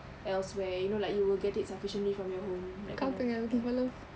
elsewhere you know like you will get it sufficiently from your home that kind of